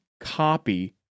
copy